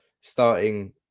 starting